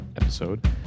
episode